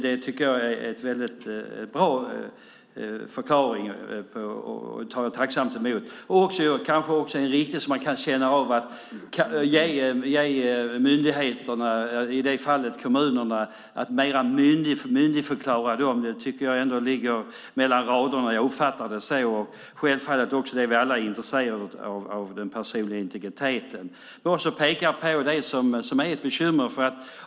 Det var en väldigt bra förklaring som jag tacksamt tar emot. Det handlar om att mer myndigförklara myndigheterna och i detta fall kommunerna. Det tycker jag ligger mellan raderna. Jag uppfattar det som så. Självfallet är vi alla också intresserade av den personliga integriteten. Jag vill också peka på något som är ett bekymmer.